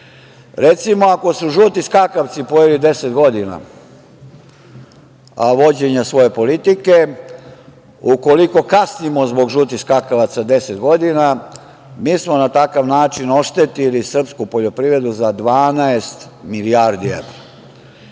seljaci. Recimo, ako su žuti skakavci pojeli 10 godina vođenja svoje politike, ukoliko kasnimo zbog žutih skakavaca 10 godina, mi smo na takav način oštetili srpsku poljoprivredu za 12 milijardi